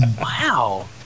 Wow